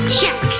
Check